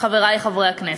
חברי חברי הכנסת,